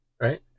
right